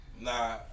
Nah